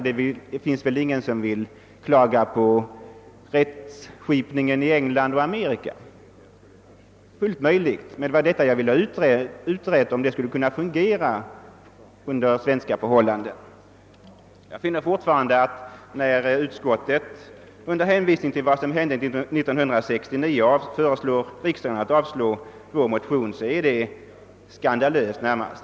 Det är väl inte någon som klagar på rättsskipningen i England eller Amerika, och jag hade gärna velat utreda om ett sådant system skulle kunna fungera under svenska förhållanden. När utskottet under hänvisning till vad som hände 1969 föreslår riksdagen att avslå vår motion, finner jag detta närmast skandalöst.